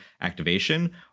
activation